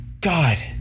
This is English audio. God